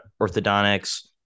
orthodontics